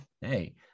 hey